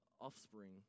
offspring